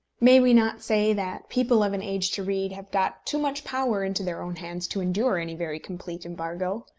may we not say that people of an age to read have got too much power into their own hands to endure any very complete embargo?